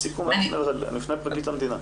הוועדה תפנה בסיכום --- לפרקליט המדינה.